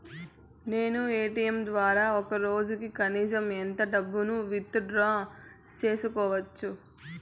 నేను ఎ.టి.ఎం ద్వారా ఒక రోజుకి కనీసం ఎంత డబ్బును విత్ డ్రా సేసుకోవచ్చు?